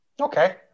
okay